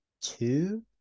two